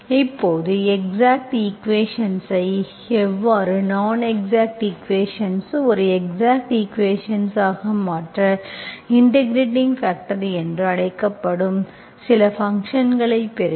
இப்போது எக்ஸாக்ட் ஈக்குவேஷன்ஸ்ஐ எவ்வாறு நான்எக்ஸாக்ட் ஈக்குவேஷன்ஸ்ஐ ஒரு எக்ஸாக்ட் ஈக்குவேஷன்ஸ் ஆக மாற்ற இன்டெகிரெட்பாக்டர் என்று அழைக்கப்படும் சில ஃபங்க்ஷன்களை பெருக்க